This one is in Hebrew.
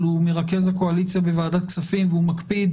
אבל הוא מרכז הקואליציה בוועדת הכספים והוא מקפיד